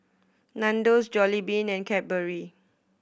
Nandos Jollibean and Cadbury